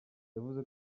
yavuze